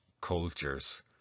cultures